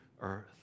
earth